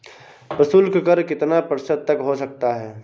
प्रशुल्क कर कितना प्रतिशत तक हो सकता है?